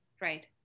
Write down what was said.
right